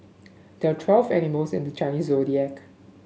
there are twelve animals in the Chinese Zodiac